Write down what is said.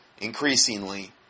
increasingly